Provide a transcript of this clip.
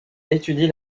étudie